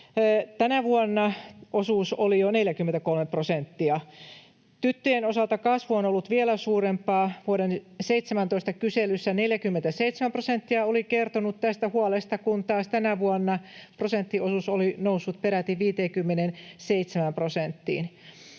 Tänä vuonna osuus oli jo 43 prosenttia. Tyttöjen osalta kasvu on ollut vielä suurempaa. Vuoden 2017 kyselyssä 47 prosenttia oli kertonut tästä huolesta, kun taas tänä vuonna prosenttiosuus oli noussut peräti 57 prosenttiin.